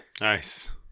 Nice